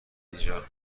اینجا